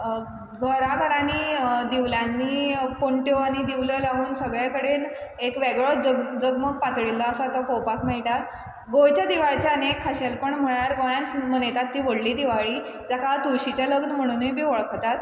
घराघरांनी दिवली पणट्यो लावून सगले कडेन एक वेगळोच जगमग जगमग पातळिल्लो आसा तो पळोपाक मेयटा गोंयच्या दिवाळेचें आनीक एक खाशेंलपण म्हणल्यार गोंयांत मनयतात ती व्हडली दिवाळी जाका तुळशीचें लग्नय बीन वळखतात